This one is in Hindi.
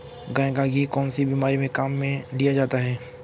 गाय का घी कौनसी बीमारी में काम में लिया जाता है?